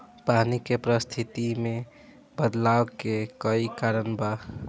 पानी के परिस्थिति में बदलाव के कई कारण बा